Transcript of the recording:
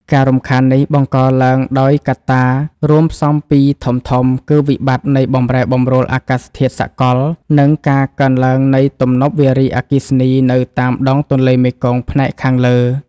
ការរំខាននេះបង្កឡើងដោយកត្តារួមផ្សំពីរធំៗ គឺវិបត្តិនៃបម្រែបម្រួលអាកាសធាតុសកល និងការកើនឡើងនៃទំនប់វារីអគ្គិសនីនៅតាមដងទន្លេមេគង្គផ្នែកខាងលើ។